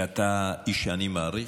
ואתה איש שאני מעריך,